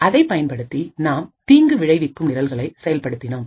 அதை பயன்படுத்தி நாம் தீங்குவிளைவிக்கும் நிரல்களை செயல்படுத்தினோம்